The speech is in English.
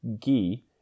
ghee